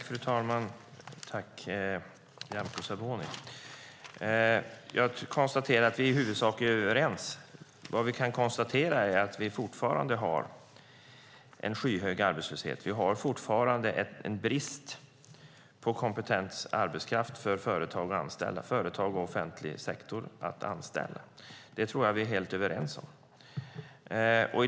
Fru talman! Tack, Nyamko Sabuni. Jag konstaterar att vi i huvudsak är överens. Vi har fortfarande en skyhög arbetslöshet och en brist på kompetent arbetskraft för företag och offentlig sektor att anställa. Det tror jag att vi är helt överens om.